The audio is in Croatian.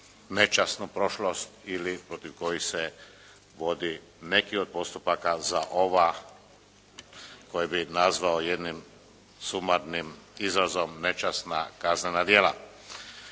nečasnu prošlost ili protiv kojih se vodi neki od postupaka za ova koja bih nazvao jednim sumarnim izrazom nečasna kaznena djela.